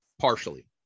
partially